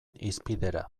hizpidera